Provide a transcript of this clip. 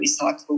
recyclable